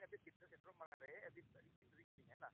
ᱟᱹᱵᱤᱱ ᱥᱤᱨᱫᱟᱹ ᱥᱮᱴᱮᱨᱚᱜ ᱢᱟᱲᱟᱝ ᱨᱮ ᱟᱹᱵᱤᱱ ᱟᱹᱞᱤᱧ ᱵᱤᱱ ᱵᱟᱝ